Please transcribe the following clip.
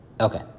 Okay